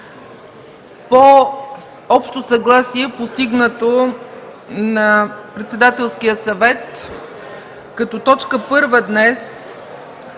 По общо съгласие, постигнато на Председателския съвет, като точка първа днес